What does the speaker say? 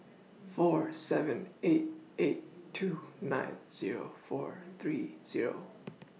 four seven eight eight two nine Zero four three Zero